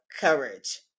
Courage